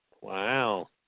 Wow